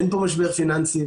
אין פה משבר פיננסי.